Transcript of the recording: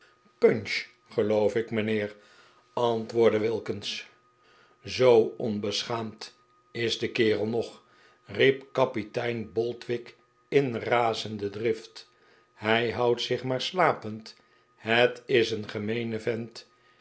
punch geloof ik mijnheer antwoordde wilkins zoo onbeschaamd is de kerel nog riep kapitein boldwig in razende drift hij houdt zich maar slapend het is een gemeene vent